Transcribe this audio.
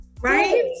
Right